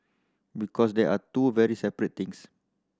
because they are two very separate things